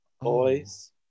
Boys